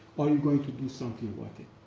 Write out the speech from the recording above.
are you going to do something like and